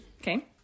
okay